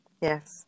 Yes